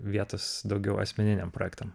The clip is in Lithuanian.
vietos daugiau asmeniniam projektam